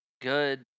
Good